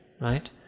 Right